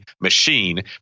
machine